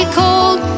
cold